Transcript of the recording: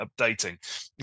updating